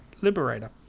liberator